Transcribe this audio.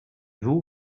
vous